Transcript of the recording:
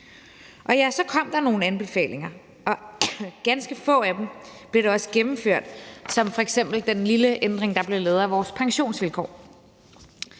Og ja, så kom der nogle anbefalinger, og ganske få af dem blev da også gennemført som f.eks. den lille ændring, der blev lavet af vores pensionsvilkår.